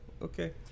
Okay